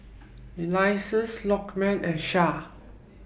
Elyas Lokman and Shah